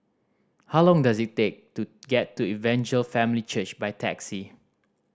how long does it take to get to Evangel Family Church by taxi